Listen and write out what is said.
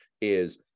is-